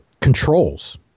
controls